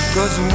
Cause